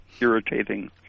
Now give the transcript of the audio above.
irritating